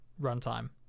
runtime